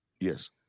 Yes